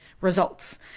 results